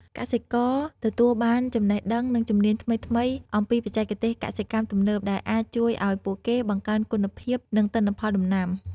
កសិករទទួលបានចំណេះដឹង និងជំនាញថ្មីៗអំពីបច្ចេកទេសកសិកម្មទំនើប ដែលអាចជួយឱ្យពួកគេបង្កើនគុណភាព និងទិន្នផលដំណាំ។